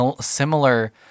Similar